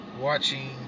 watching